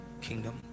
kingdom